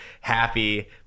happy